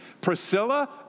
Priscilla